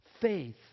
Faith